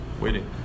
waiting